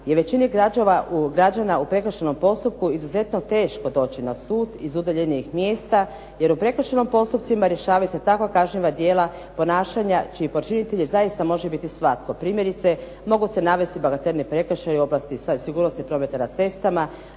većini građana u prekršajnom postupku izuzetno teško doći na sud iz udaljenijih mjesta jer u prekršajnim postupcima rješavaju se takva kažnjena djela ponašanja čiji počinitelji zaista može biti svatko. Primjerice mogu se navesti …. prekršaji i … sa sigurnosti prometa na cestama,